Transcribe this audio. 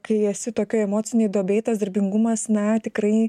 kai esi tokioj emocinėj duobėj tas darbingumas na tikrai